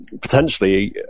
potentially